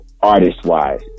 artist-wise